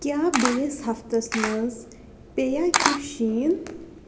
کیٛاہ بیٚیِس ہفتس منٛز پیٚیا کیٚنٛہہ شیٖن